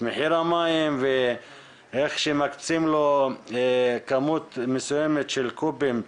מחיר המים ואיך מקצים לו כמות מסוימת של קובים,